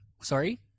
sorry